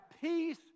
peace